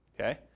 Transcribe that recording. Okay